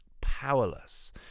powerless